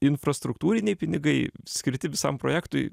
infrastruktūriniai pinigai skirti visam projektui